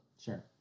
Sure